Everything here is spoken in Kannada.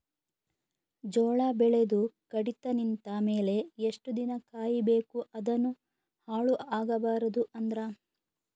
ಜೋಳ ಬೆಳೆದು ಕಡಿತ ನಿಂತ ಮೇಲೆ ಎಷ್ಟು ದಿನ ಕಾಯಿ ಬೇಕು ಅದನ್ನು ಹಾಳು ಆಗಬಾರದು ಅಂದ್ರ?